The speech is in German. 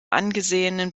angesehenen